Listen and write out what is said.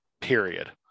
period